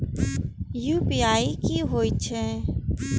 UPI की होई छै?